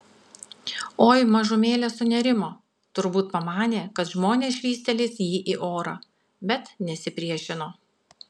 oi mažumėlę sunerimo turbūt pamanė kad žmonės švystelės jį į orą bet nesipriešino